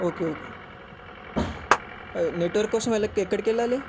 okay okay అదే network కోసం ఎలక్ ఎక్కడికెళ్ళాలి